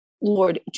Lord